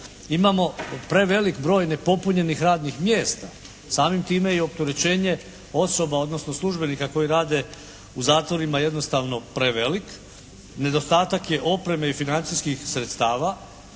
Imamo preveliki broj nepopunjenih radnih mjesta, samim time i opterećenje osoba odnosno službenika koji rade u zatvorima jednostavno prevelik, nedostatak je opreme i financijskih sredstava.